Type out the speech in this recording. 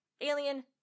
alien